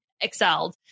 excelled